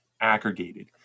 aggregated